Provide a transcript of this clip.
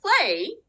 play